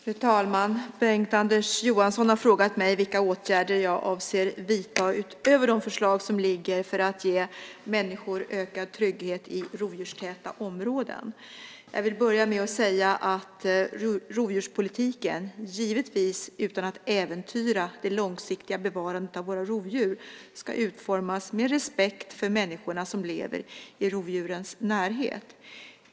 Fru talman! Bengt-Anders Johansson har frågat mig vilka åtgärder jag avser att vidta, utöver de förslag som ligger, för att ge människor ökad trygghet i rovdjurstäta områden. Jag vill börja med att säga att rovdjurspolitiken, givetvis utan att äventyra det långsiktiga bevarandet av våra rovdjur, ska utformas med respekt för människorna som lever i rovdjurens närhet.